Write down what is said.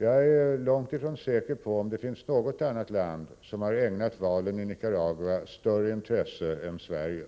Jag är långt ifrån säker på om det finns något annat land som har ägnat valen i Nicaragua större intresse än Sverige.